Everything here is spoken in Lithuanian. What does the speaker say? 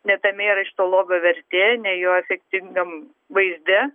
ne tame yra šito lobio vertė ne jo efektingam vaizde